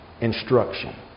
instruction